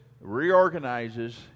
reorganizes